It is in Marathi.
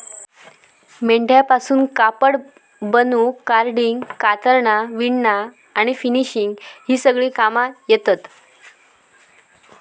मेंढ्यांपासून कापड बनवूक कार्डिंग, कातरना, विणना आणि फिनिशिंग ही सगळी कामा येतत